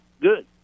good